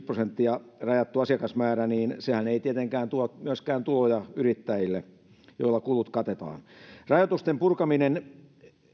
prosenttia rajattu asiakasmäärä niin sehän ei tietenkään myöskään tuo yrittäjille tuloja joilla kulut katetaan rajoitusten purkaminen